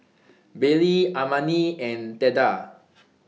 Baylie Armani and Theda